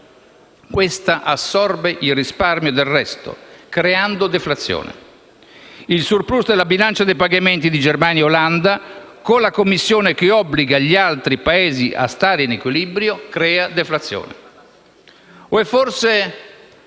questa assorbe il risparmio del resto, creando deflazione. Il *surplus* della bilancia dei pagamenti di Germania e Olanda, con la Commissione che obbliga gli altri Paesi a stare in equilibrio, crea deflazione.